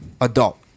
adult